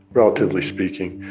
relatively speaking.